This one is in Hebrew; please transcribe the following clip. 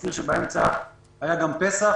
אני מזכיר שבאמצע היה גם פסח.